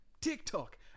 TikTok